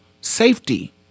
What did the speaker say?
safety